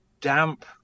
damp